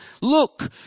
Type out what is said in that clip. look